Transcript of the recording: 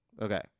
Okay